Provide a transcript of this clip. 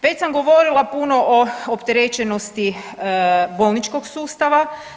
Već sam govorila puno o opterećenosti bolničkog sustava.